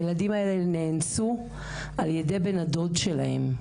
הילדים האלו נאנסו על ידי בן הדוד שלהם,